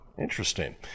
Interesting